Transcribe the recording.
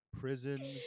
prisons